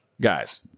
guys